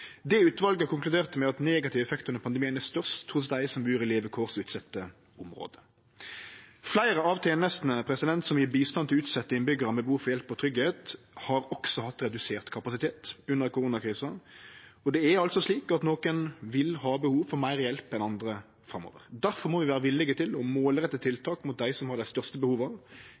Utvalet konkluderte med at negativ effekt under pandemien er størst hos dei som bur i levekårsutsette område. Fleire av tenestene som gjev bistand til utsette innbyggjarar med behov for hjelp og tryggleik, har også hatt redusert kapasitet under koronakrisa, og det er slik at nokre vil ha behov for meir hjelp enn andre framover. Difor må vi vere villige til å målrette tiltak mot dei som har dei største behova.